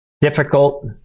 difficult